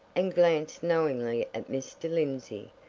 and glanced knowingly at mr. lindsey,